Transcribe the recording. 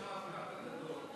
שם הפקק הגדול.